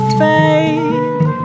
fade